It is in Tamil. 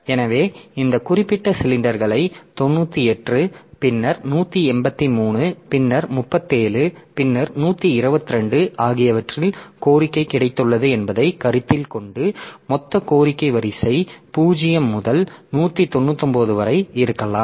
எனவே இந்த குறிப்பிட்ட சிலிண்டர்கள் 98 பின்னர் 183 பின்னர் 37 பின்னர் 122 ஆகியவற்றில் கோரிக்கை கிடைத்துள்ளது என்பதைக் கருத்தில் கொண்டு மொத்த கோரிக்கை வரிசை 0 முதல் 199 வரை இருக்கலாம்